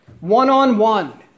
one-on-one